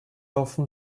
often